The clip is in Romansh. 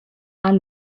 han